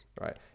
right